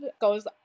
goes